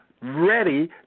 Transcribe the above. ready